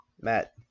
Matt